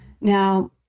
Now